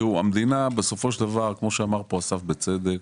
תראו, המדינה בסופו של דבר, כמו שאמר פה אסף בצדק,